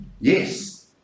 Yes